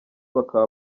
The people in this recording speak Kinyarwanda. bakaba